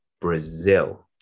brazil